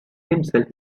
himself